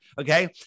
Okay